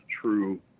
true